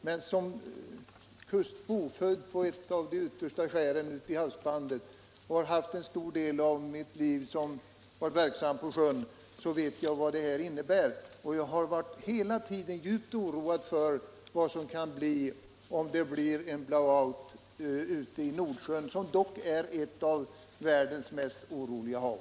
Jag är kustbo, född på ett av de yttersta skären i havsbandet, och har en stor del av mitt liv varit verksam på sjön, och jag känner därför till dessa frågor. Jag har hela tiden varit djupt oroad för vad som händer om det inträffar en blow out på Nordsjön, som dock är ett av världens oroligaste hav.